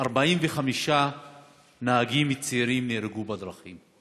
45 נהגים צעירים נהרגו בדרכים,